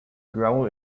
grow